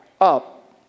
up